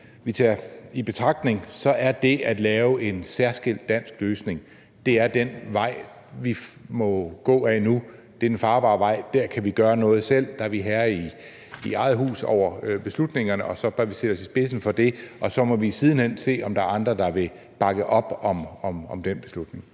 – med alt det, vi tager i betragtning – er den vej, vi må gå ad nu? Det er den farbare vej. Der kan vi gøre noget selv. Der er vi herre i eget hus i forhold til beslutningerne, og så bør vi sætte os i spidsen for det. Så må vi siden hen se, om der er andre, der vil bakke op om den beslutning.